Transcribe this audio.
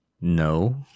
No